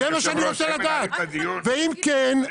אם כן,